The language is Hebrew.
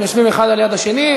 הם יושבים אחד על יד השני,